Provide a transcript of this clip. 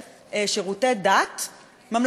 ממלכתיים שממומנים על-ידי המדינה.